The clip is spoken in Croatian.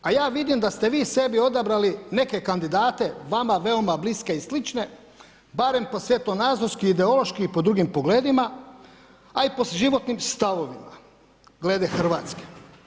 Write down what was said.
A ja vidim da ste vi sebi odabrali neke kandidate vama veoma bliske i slične barem po svjetonazorski, ideološki i po drugim pogledima, a i po životnim stavovima glede Hrvatske.